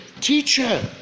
teacher